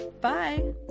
Bye